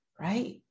right